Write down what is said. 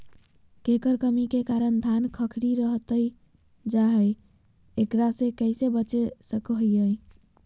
केकर कमी के कारण धान खखड़ी रहतई जा है, एकरा से कैसे बचा सको हियय?